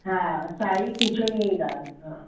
हा साई खिचड़ी जी दाल हां